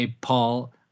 Paul